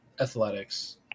athletics